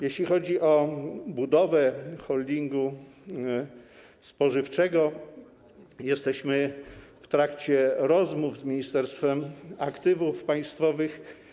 Jeśli chodzi o budowę holdingu spożywczego, jesteśmy w trakcie rozmów z Ministerstwem Aktywów Państwowych.